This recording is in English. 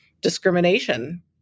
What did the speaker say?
discrimination